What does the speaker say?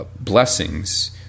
blessings